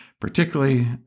particularly